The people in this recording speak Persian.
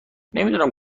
نمیدونم